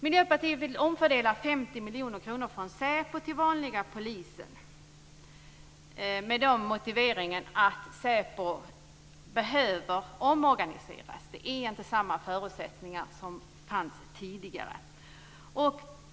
Miljöpartiet vill omfördela 50 miljoner kronor från SÄPO till den vanliga polisen med motiveringen att SÄPO behöver omorganiseras, eftersom förutsättningarna i dag inte är desamma som tidigare.